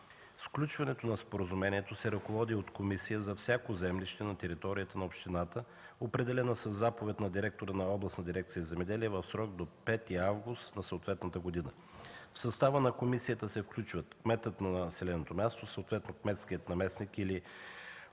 Сключването на споразумението се ръководи от комисия за всяко землище на територията на общината, определена със заповед на директора на Областна дирекция „Земеделие” в срок до 5 август на съответната година. В състава на комисията се включват: кметът на населеното място, съответно кметският наместник или